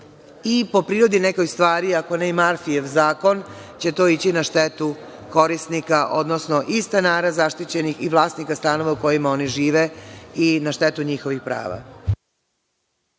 i po prirodi stvari, ako ne i Marfijev zakon, će to ići na štetu korisnika odnosno i stanara zaštićenih i vlasnika stanova u kojima oni žive i na štetu njihovih prava.